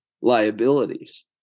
liabilities